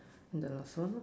the last one